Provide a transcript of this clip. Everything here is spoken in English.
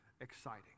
exciting